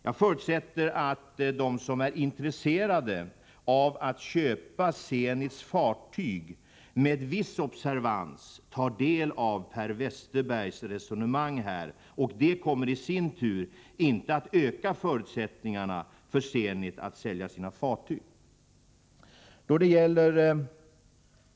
Jag förutsätter att de som är intresserade av att köpa Zenits fartyg med viss observans tar del av Per Westerbergs resonemang här, och det kommer i sin tur inte att öka förutsättningarna för Zenit att sälja sina fartyg.